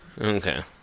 Okay